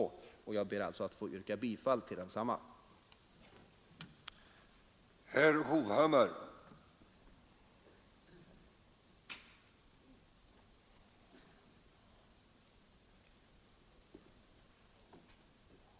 Jag ber att få yrka bifall till reservationen 2.